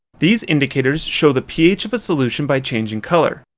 these indicators show the ph of a solution by changing colour.